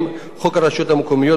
חוק הרשויות המקומיות (בחירות),